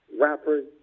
rappers